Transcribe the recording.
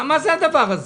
מה הדבר הזה?